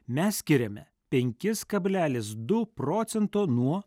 mes skiriame penkis kablelis du procento nuo